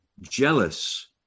jealous